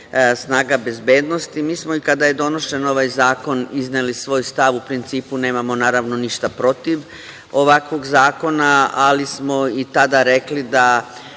snaga bezbednosti, mi smo kada je donošen ovaj zakon izneli svoj stav. U principu nemamo ništa protiv ovakvog zakona, ali smo i tada rekli da